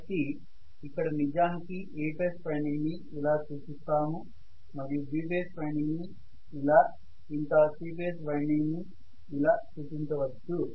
కాబట్టి ఇక్కడ నిజానికి A ఫేజ్ వైండింగ్ ని ఇలా చూపిస్తాము మరియు B ఫేజ్ వైండింగ్ ని ఇలా ఇంకా C ఫేజ్ వైండింగ్స్ ని ఇలా చూపించవచ్చు